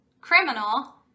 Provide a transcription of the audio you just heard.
criminal